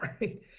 right